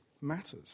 matters